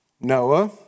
Noah